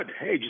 hey